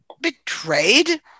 Betrayed